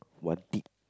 one